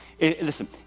Listen